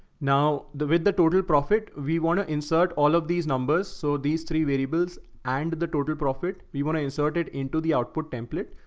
now the, with the total profit, we want to insert all of these numbers. so these three variables and the total profit, we want to insert it into the output template.